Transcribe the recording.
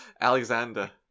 Alexander